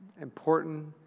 important